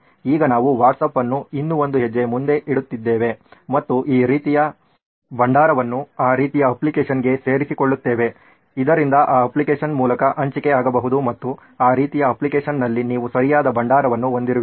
ಈಗ ನಾವು ವಾಟ್ಸಾಪ್ ಅನ್ನು ಇನ್ನೂ ಒಂದು ಹೆಜ್ಜೆ ಮುಂದೆ ಇಡುತ್ತಿದ್ದೇವೆ ಮತ್ತು ಈ ರೀತಿಯ ಭಂಡಾರವನ್ನು ಆ ರೀತಿಯ ಅಪ್ಲಿಕೇಶನ್ಗೆ ಸೇರಿಸಿಕೊಳ್ಳುತ್ತೇವೆ ಇದರಿಂದ ಆ ಅಪ್ಲಿಕೇಶನ್ ಮೂಲಕ ಹಂಚಿಕೆ ಆಗಬಹುದು ಮತ್ತು ಆ ರೀತಿಯ ಅಪ್ಲಿಕೇಶನ್ನಲ್ಲಿ ನೀವು ಸರಿಯಾದ ಭಂಡಾರವನ್ನು ಹೊಂದಿರುವಿರಿ